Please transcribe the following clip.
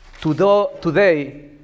Today